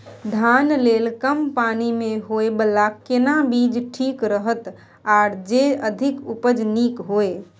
धान लेल कम पानी मे होयबला केना बीज ठीक रहत आर जे अधिक उपज नीक होय?